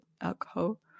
alcohol